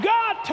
God